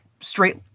straight